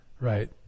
right